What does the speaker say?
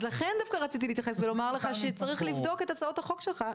אז לכן דווקא רציתי להתייחס ולומר לך שצריך לבדוק את הצעות החוק שלך,